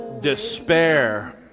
despair